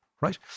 right